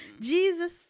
Jesus